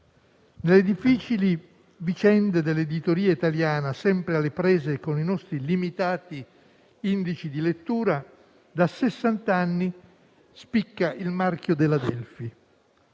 Nelle difficili vicende dell'editoria italiana, sempre alle prese con i nostri limitati indici di lettura, da sessant'anni spicca il marchio della Adelphi.